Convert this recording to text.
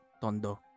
Tondo